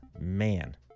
man